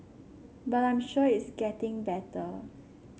but I'm sure it's getting better